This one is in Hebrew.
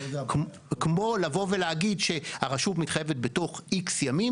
כמו לבוא ולהגיד שהרשות מתחייבת בתוך X ימים,